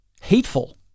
hateful